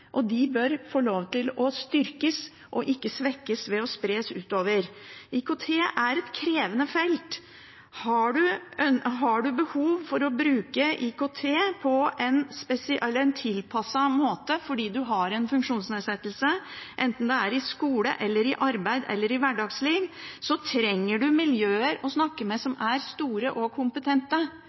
og de bør styrkes og ikke svekkes ved å spres utover. IKT er et krevende felt. Har man behov for, fordi man har en funksjonsnedsettelse, å bruke IKT på en tilpasset måte, enten det er i skole, i arbeid eller i hverdagsliv, trenger man miljøer å snakke med som er store og kompetente.